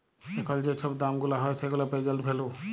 এখল যে ছব দাম গুলা হ্যয় সেগুলা পের্জেল্ট ভ্যালু